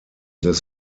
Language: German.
des